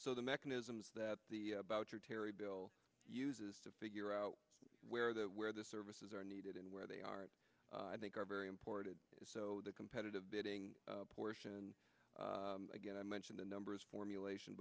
the mechanisms that the boucher terry bill uses to figure out where that where the services are needed and where they are i think are very important so the competitive bidding portion again i mentioned the numbers formulation